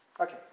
Okay